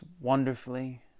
wonderfully